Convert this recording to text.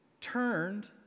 turned